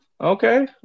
Okay